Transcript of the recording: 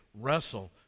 wrestle